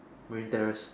Marine Terrace